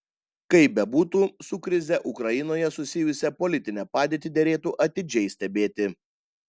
kaip bebūtų su krize ukrainoje susijusią politinę padėtį derėtų atidžiai stebėti